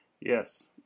Yes